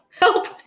Help